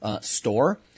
store